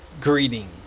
greeting